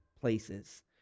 places